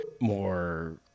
more